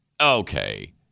Okay